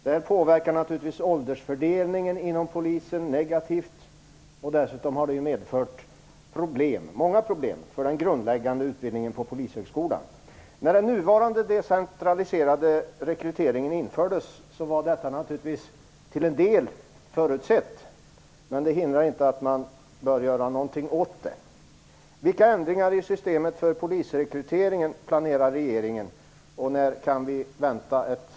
Det här påverkar naturligtvis åldersfördelningen inom polisen negativt, och det har dessutom medfört många problem för den grundläggande utbildningen på Polishögskolan. När den nuvarande decentraliserade rekryteringen infördes var detta naturligtvis till en del förutsett, men det hindrar inte att man bör göra någonting åt det. Vilka ändringar i systemet för polisrekryteringen planerar regeringen, och när kan vi vänta ett förslag?